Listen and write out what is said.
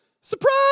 surprise